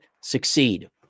succeed